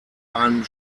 einem